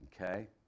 Okay